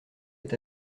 est